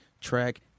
track